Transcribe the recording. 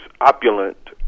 opulent